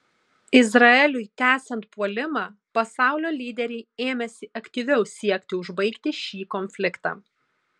izraeliui tęsiant puolimą pasaulio lyderiai ėmėsi aktyviau siekti užbaigti šį konfliktą